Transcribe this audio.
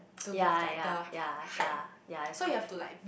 yea yea yea yea yea that's quite true